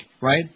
right